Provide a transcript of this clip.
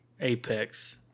apex